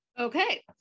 Okay